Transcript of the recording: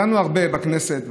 דנו הרבה בכנסת,